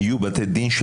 של